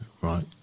right